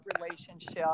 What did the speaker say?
relationship